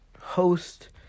host